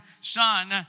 son